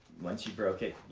once you broke it,